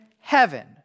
heaven